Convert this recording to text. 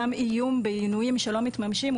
גם איום בעינויים שלא מתממשים,